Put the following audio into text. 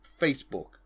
Facebook